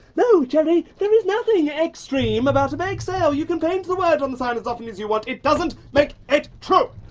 no, jerry, there is nothing extreme about a bake sale. you can paint the word on the sign as often as you want, it doesn't make it true.